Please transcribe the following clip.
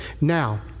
Now